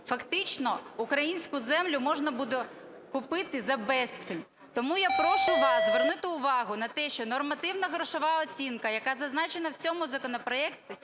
фактично українську землю можна буде купити за безцінь. Тому я прошу вас звернути увагу на те, що нормативна грошова оцінка, яка зазначена в цьому законопроекті,